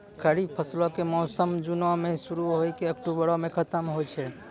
खरीफ फसलो के मौसम जूनो मे शुरु होय के अक्टुबरो मे खतम होय छै